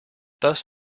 thus